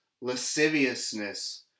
lasciviousness